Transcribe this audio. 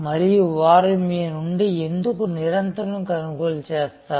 మరియు వారు మీ నుండి ఎందుకు నిరంతరం కొనుగోలు చేస్తారు